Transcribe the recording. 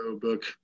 book